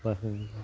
अखा फैयोब्ला